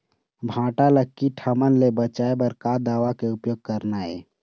भांटा ला कीट हमन ले बचाए बर का दवा के उपयोग करना ये?